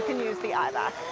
and use the eyevac.